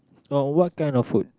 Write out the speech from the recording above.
oh what kind of food